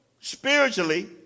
spiritually